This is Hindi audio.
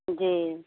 जी